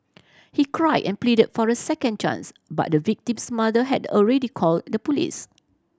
he cried and pleaded for a second chance but the victim's mother had already called the police